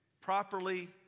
properly